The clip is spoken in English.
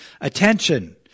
attention